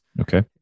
Okay